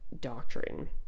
doctrine